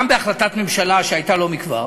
גם בהחלטת הממשלה שהייתה לא מכבר,